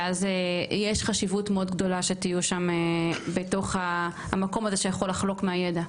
ואז יש חשיבות מאוד גדולה שתהיו שם בתוך המקום הזה שיכול לחלוק מהידע.